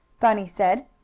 bunny said.